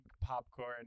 popcorn